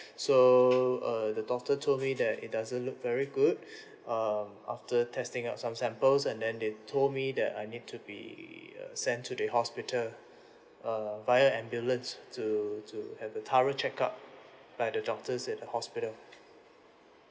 so uh the doctor told me that it doesn't look very good um after testing out some samples and then they told me that I need to be uh sent to the hospital uh via ambulance to to have a thorough check-up by the doctors at the hospital